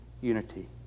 unity